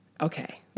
Okay